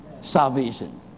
salvation